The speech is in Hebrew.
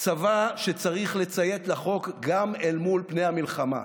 צבא שצריך לציית לחוק גם אל מול פני המלחמה.